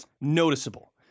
noticeable